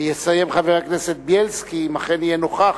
ויסיים חבר הכנסת אלקין, אם אכן יהיה נוכח,